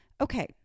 Okay